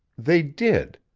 they did.